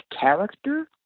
character